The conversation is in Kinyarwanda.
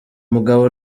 mugabo